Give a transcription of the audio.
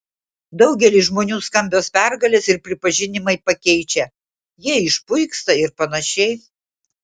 daugelį žmonių skambios pergalės ir pripažinimai pakeičia jie išpuiksta ir panašiai